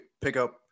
pickup